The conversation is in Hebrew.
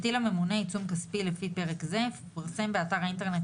זו האחריות